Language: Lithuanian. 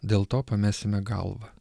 dėl to pamesime galvą